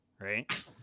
Right